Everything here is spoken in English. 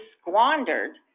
squandered